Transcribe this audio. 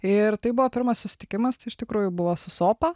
ir tai buvo pirmas susitikimas tai iš tikrųjų buvo susopa